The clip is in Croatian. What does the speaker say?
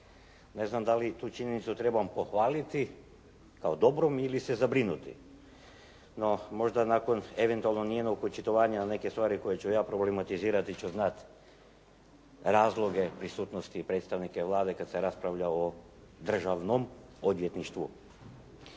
Ne znam da li tu činjenicu trebam pohvaliti kao dobrom ili se zabrinuti. No, možda nakon eventualno njenog očitovanja neke stvari koje ću ja problematizirati će znati razloge prisutnosti predstavnika Vlade kad se raspravlja o državnom odvjetništvu.